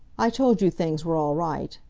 i told you things were all right.